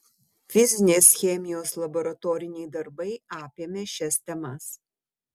fizinės chemijos laboratoriniai darbai apėmė šias temas